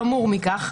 חמור מכך,